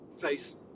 face